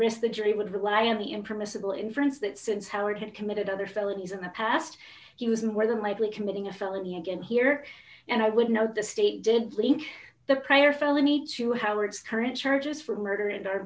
risk the jury would rely on the impermissible inference that since howard had committed other felonies in the past he was more than likely committing a felony again here and i would note the state did leak the prior felony to howards current charges for murder